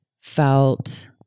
felt